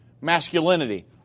masculinity